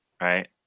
right